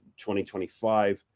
2025